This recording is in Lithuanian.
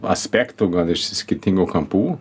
aspektų gal iš skirtingų kampų